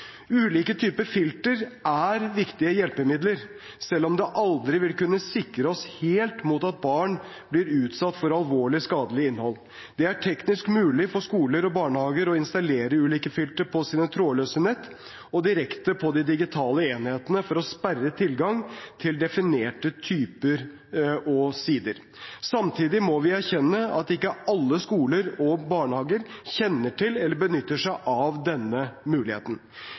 Ulike typer filter er viktige hjelpemidler, selv om det aldri vil kunne sikre oss helt mot at barn blir utsatt for alvorlig skadelig innhold. Det er teknisk mulig for skoler og barnehager å installere ulike filtre på sine trådløse nett og direkte på de digitale enhetene for å sperre tilgang til definerte typer innhold og sider. Samtidig må vi erkjenne at ikke alle skoler og barnehager kjenner til eller benytter seg av denne muligheten.